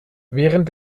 während